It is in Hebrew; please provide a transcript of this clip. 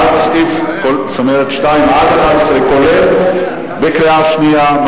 עד סעיף 11, כולל, בקריאה שנייה.